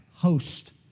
host